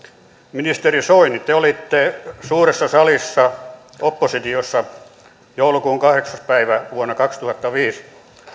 ministeri soini te te olitte suuressa salissa oppositiossa joulukuun kahdeksas päivä vuonna kaksituhattaviisi